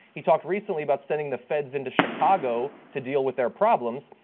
he talked recently about sending the feds into chicago to deal with their problems,